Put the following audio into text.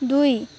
दुई